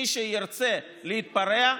מי שירצה להתפרע,